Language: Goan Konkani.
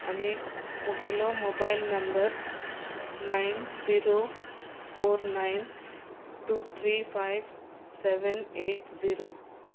आनीक म्हगेलो mobile number nine zero four nine two three five seven eight zero